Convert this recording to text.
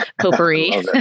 potpourri